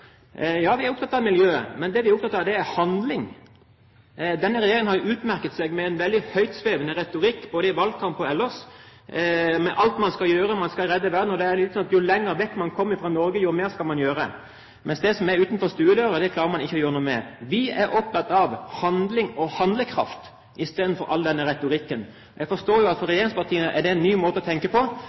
Ja, vi er opptatt av miljøet. Men det vi er opptatt av, er handling. Denne regjeringen har utmerket seg med veldig høytsvevende retorikk, både i valgkamp og ellers, om alt man skal gjøre. Man skal redde verden, og det er litt sånn at jo lenger vekk man kommer fra Norge, jo mer skal man gjøre – mens det som er utenfor stuedøra, klarer man ikke å gjøre noe med. Vi er opptatt av handling og handlekraft i stedet for all denne retorikken. Jeg forstår at for regjeringspartiene er det en ny måte å tenke miljø på, men det kan være fornuftig kanskje å begynne å tenke på